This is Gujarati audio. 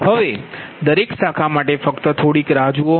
હવે દરેક શાખા માટે ફક્ત થોડી રાહ જુઓ